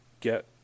get